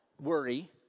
worry